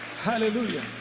Hallelujah